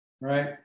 right